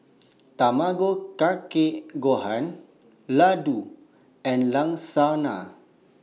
Tamago Kake Gohan Ladoo and Lasagna